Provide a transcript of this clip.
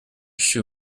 shoe